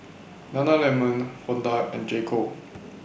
Nana Lemon Honda and J Co